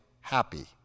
happy